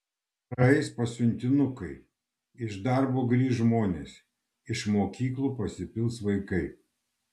praeis pasiuntinukai iš darbo grįš žmonės iš mokyklų pasipils vaikai